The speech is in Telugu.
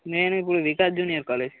నేను ఇప్పుడు రీటా జూనియర్ కాలేజ్